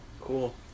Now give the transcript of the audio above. Cool